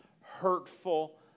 hurtful